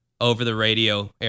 over-the-radio